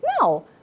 No